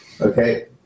okay